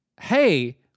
Hey